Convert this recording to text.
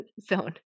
zone